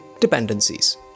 dependencies